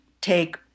take